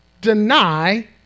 deny